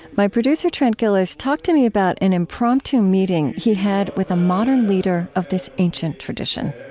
my producer trent gilliss talked to me about an impromptu meeting he had with a modern leader of this ancient tradition